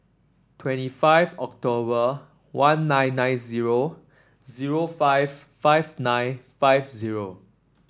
twenty five October one nine nine zero zero five five nine five zero